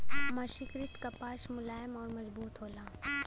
मर्सरीकृत कपास मुलायम आउर मजबूत होला